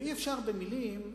אי-אפשר במלים,